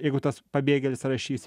jeigu tas pabėgėlis rašys